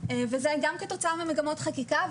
וזה גם כתוצאה ממגמות חקיקה,